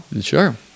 sure